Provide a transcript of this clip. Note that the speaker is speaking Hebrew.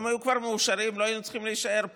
הם כבר היו מאושרים ולא היינו צריכים להישאר פה.